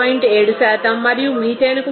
7 మరియు మీథేన్కు 3